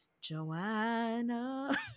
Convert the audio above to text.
Joanna